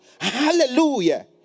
Hallelujah